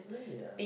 really ah